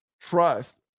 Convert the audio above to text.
trust